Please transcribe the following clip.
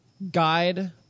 guide